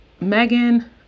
Megan